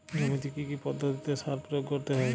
জমিতে কী কী পদ্ধতিতে সার প্রয়োগ করতে হয়?